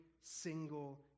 single